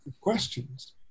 questions